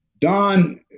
Don